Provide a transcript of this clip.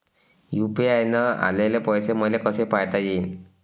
UPI न आलेले पैसे मले कसे पायता येईन?